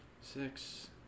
Six